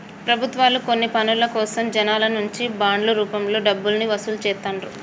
ప్రభుత్వాలు కొన్ని పనుల కోసం జనాల నుంచి బాండ్ల రూపంలో డబ్బుల్ని వసూలు చేత్తండ్రు